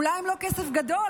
אולי הם לא כסף גדול,